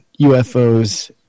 UFOs